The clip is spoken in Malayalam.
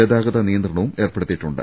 ഗതാഗത നിയന്ത്രണവും ഏർപ്പെടുത്തിയിട്ടുണ്ട്